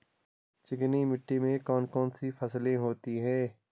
चिकनी मिट्टी में कौन कौन सी फसलें होती हैं?